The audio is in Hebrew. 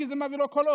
כי זה מביא לו קולות.